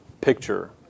picture